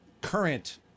current